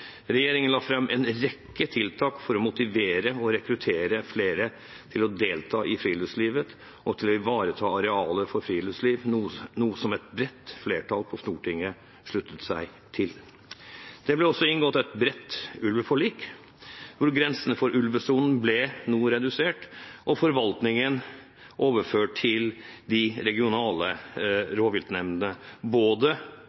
Regjeringen la fram en rekke tiltak for å motivere og rekruttere flere til å delta i friluftslivet og til å ivareta arealer for friluftsliv, noe som et bredt flertall på Stortinget sluttet seg til. Det ble også inngått et bredt ulveforlik, hvor grensene for ulvesonen ble noe redusert, og forvaltningen – både i og utenfor sonen og for grenserevirene – ble overført til de regionale